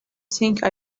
think